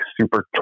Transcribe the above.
super